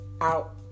out